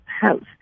house